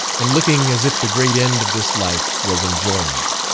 and looking as if the great end of this life was enjoyment.